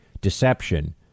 deception